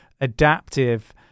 adaptive